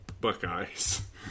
Buckeyes